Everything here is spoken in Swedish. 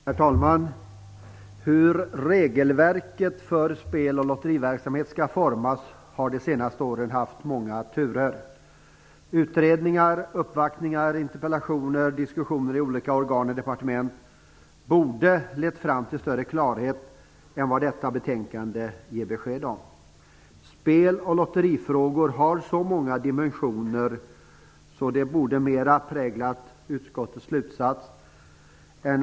Herr talman! Hur regelverket för spel och lotteriverksamhet skall formas har under de senaste åren haft många turer. Utredningar, uppvaktningar, interpellationer och diskussioner i olika organ och departement borde ha lett fram till större klarhet än vad detta betänkande ger besked om. Spel och lotterifrågor har så många dimensioner att det borde har präglat utskottets slutsats mer.